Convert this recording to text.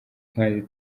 kandi